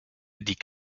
die